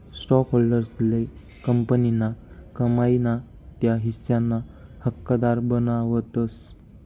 स्टॉकहोल्डर्सले कंपनीना कमाई ना त्या हिस्साना हकदार बनावतस